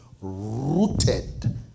rooted